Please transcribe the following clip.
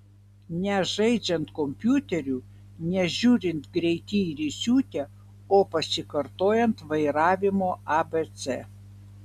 ne žaidžiant kompiuteriu ne žiūrint greiti ir įsiutę o pasikartojant vairavimo abc